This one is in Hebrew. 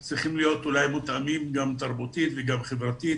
הם צריכים להיות אולי מותאמים גם תרבותית וגם חברתית